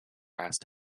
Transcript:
asked